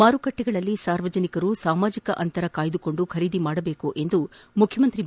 ಮಾರುಕಟ್ಟಿಗಳಲ್ಲಿ ಸಾರ್ವಜನಿಕರು ಸಾಮಾಜಿಕ ಅಂತರವನ್ನು ಕಾಯ್ದುಕೊಂಡು ಖರೀದಿಸಬಹುದೆಂದು ಮುಖ್ಯಮಂತ್ರಿ ಬಿ